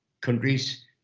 countries